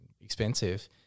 expensive